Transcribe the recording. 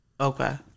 Okay